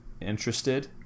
interested